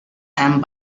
and